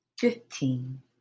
fifteen